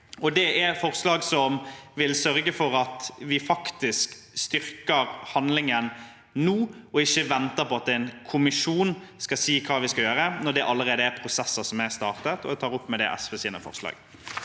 Det er forslag som vil sørge for at vi faktisk styrker handlingen nå og ikke venter på at en kommisjon skal si hva vi skal gjøre, når det allerede er prosesser som er startet. Med det tar jeg opp SV og Venstres forslag.